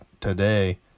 today